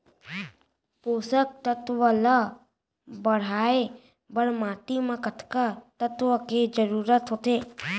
पोसक तत्व ला बढ़ाये बर माटी म कतका तत्व के जरूरत होथे?